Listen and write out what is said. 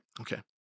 Okay